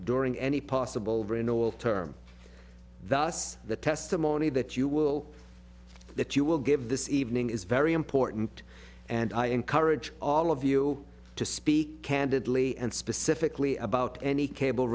during any possible renewal term thus the testimony that you will that you will give this evening is very important and i encourage all of you to speak candidly and specifically about any cable